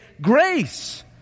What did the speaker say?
grace